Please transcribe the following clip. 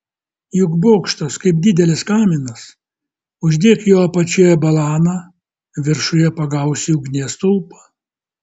juk bokštas kaip didelis kaminas uždek jo apačioje balaną viršuje pagausi ugnies stulpą